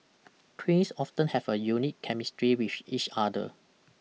twins often have a unique chemistry with each other